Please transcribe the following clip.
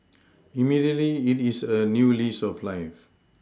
immediately it is a new lease of life